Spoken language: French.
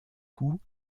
coups